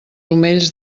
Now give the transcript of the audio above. omells